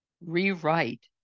rewrite